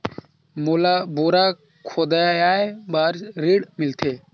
मोला बोरा खोदवाय बार ऋण मिलथे?